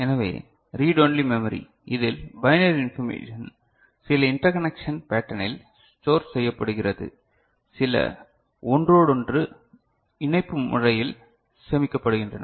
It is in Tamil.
எனவே ரீட் ஒன்லி மெமரி இதில் பைனரி இன்ஃபர்மேஷன் சில இன்டர்கனெக்சன் பேட்டர்னில் ஸ்டோர் செய்யப்படுகிறது சில ஒன்றோடொன்று இணைப்பு முறையில் சேமிக்கப்படுகின்றன